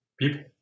people